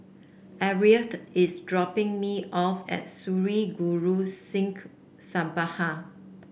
Arleth is dropping me off at Sri Guru Singh Sabha